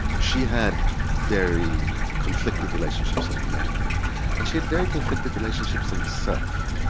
she had very conflicted relationships in her marriage and she had very conflicted relationships in herself.